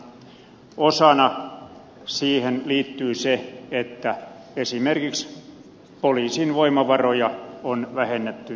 osana siihen liittyy se että esimerkiksi poliisin voimavaroja on vähennetty merkittävästi